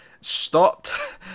stopped